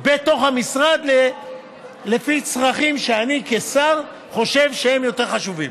בתוך המשרד לפי צרכים שאני כשר חושב שהם יותר חשובים.